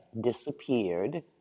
disappeared